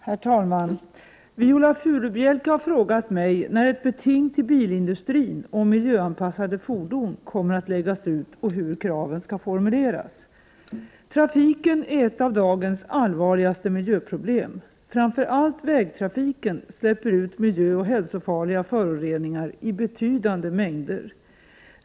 Herr talman! Viola Furubjelke har frågat mig när ett beting till bilindustrin om miljöanpassade fordon kommer att läggas ut och hur kraven skall formuleras. Trafiken är ett av dagens allvarligaste miljöproblem. Framför allt vägtrafiken släpper ut miljöoch hälsofarliga föroreningar i betydande mängder.